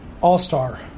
All-star